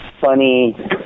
funny